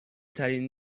ترین